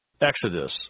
Exodus